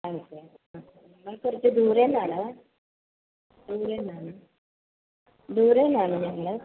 ഞാൻ കുറച്ചു ദൂരന്നാണ് ദൂരന്നാണ് ദൂരന്നാണ് വരുന്നത്